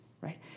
right